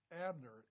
Abner